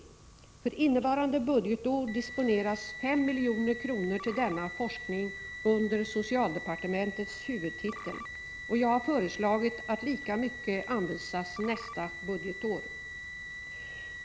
För innevarande budgetår disponeras 5 milj.kr. till denna forskning under socialdepartementets huvudtitel, och jag har föreslagit att lika mycket anvisas nästa budgetår.